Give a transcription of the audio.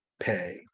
pay